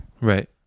right